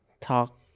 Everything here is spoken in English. talk